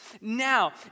Now